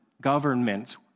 government